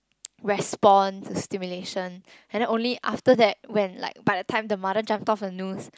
response stimulation and then only after that when like by the time the mother jump off her noose